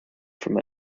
from